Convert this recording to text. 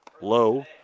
low